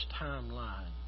timeline